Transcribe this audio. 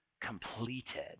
completed